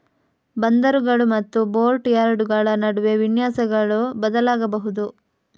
ಬಂದರುಗಳು ಮತ್ತು ಬೋಟ್ ಯಾರ್ಡುಗಳ ನಡುವೆ ವಿನ್ಯಾಸಗಳು ಬದಲಾಗಬಹುದು